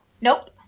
Nope